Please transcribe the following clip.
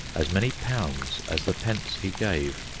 as many pounds as the pence he gave.